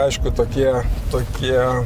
aišku tokie tokie